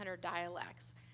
dialects